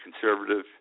conservative